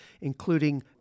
including